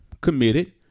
committed